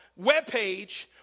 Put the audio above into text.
webpage